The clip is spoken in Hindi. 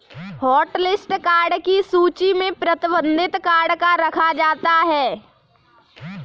हॉटलिस्ट कार्ड की सूची में प्रतिबंधित कार्ड को रखा जाता है